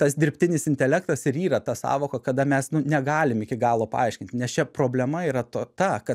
tas dirbtinis intelektas ir yra ta sąvoka kada mes nu negalim iki galo paaiškinti nes čia problema yra to ta kad